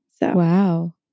Wow